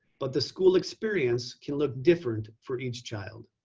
but the school experience can look different for each child.